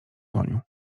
koniu